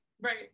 right